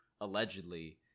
allegedly